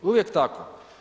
Uvijek tako.